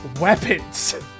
weapons